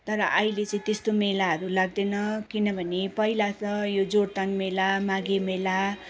तर अहिले चाहिँ त्यस्तो मेलाहरू लाग्दैन किनभने पहिला त यो जोरथाङ मेला माघे मेला